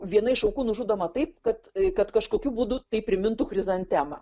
viena iš aukų nužudoma taip kad kad kažkokiu būdu tai primintų chrizantemą